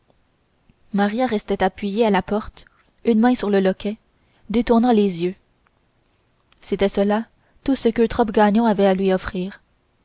maria restait appuyée à la porte une main sur le loquet détournant les yeux c'était cela tout ce qu'eutrope gagnon avait à lui offrir